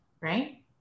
right